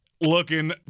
Looking